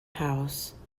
house